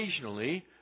occasionally